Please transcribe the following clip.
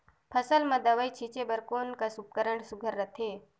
फसल म दव ई छीचे बर कोन कस उपकरण सुघ्घर रथे?